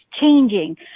changing